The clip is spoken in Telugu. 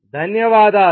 ధన్యవాదాలు